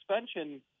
suspension